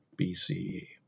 BCE